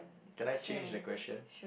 can I change the question